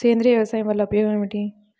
సేంద్రీయ వ్యవసాయం వల్ల ఉపయోగం ఏమిటి?